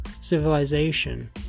civilization